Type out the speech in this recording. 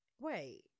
Wait